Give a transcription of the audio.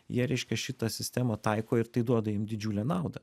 jie reiškia šitą sistemą taiko ir tai duoda jiem didžiulę naudą